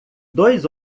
dois